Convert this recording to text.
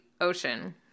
ocean